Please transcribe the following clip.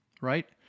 right